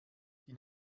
die